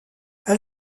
elle